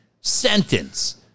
sentence